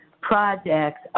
projects